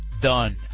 done